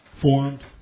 formed